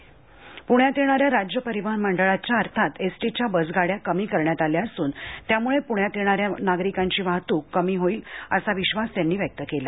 प्ण्यात येणाऱ्या राज्य परिवहन मंडळाच्या अर्थात एस टी च्या बसगाड्या कमी करण्यात आल्या असून त्याम्ळं प्ण्यात येणाऱ्या नागरिकांची वाहतूक कमी होईल असा विश्वास त्यांनी व्यक्त केला